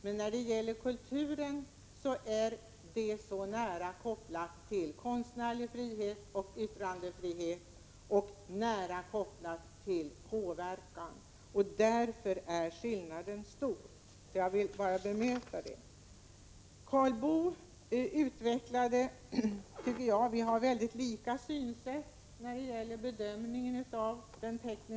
Men när det gäller kultur finns det en nära koppling mellan möjligheten till påverkan å ena sidan och konstnärlig frihet och yttrandefrihet å andra sidan. Därför är skillnaden stor. Jag vill bara bemöta det Jan-Erik Wikström där anfört. Karl Boo och jag har mycket lika synsätt när det gäller den tekniska utvecklingen.